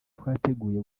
twateguye